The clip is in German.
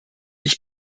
ich